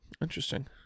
Interesting